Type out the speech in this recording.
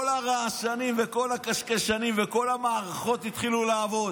כל הרעשנים וכל הקשקשנים וכל המערכות התחילו לעבוד.